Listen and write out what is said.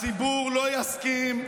הציבור לא יסכים,